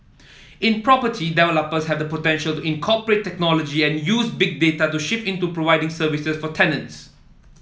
in property developers have the potential to incorporate technology and use Big Data to shift into providing services for tenants